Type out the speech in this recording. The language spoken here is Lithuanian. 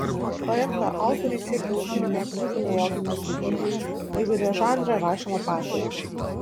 projekto autoriai siekia ugdyti mokinių filologinę kultūrą įvairiažanrę rašymo patirtį